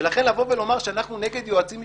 ולכן לבוא ולומר שאנחנו נגד היועצים המשפטיים?